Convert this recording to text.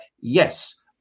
yes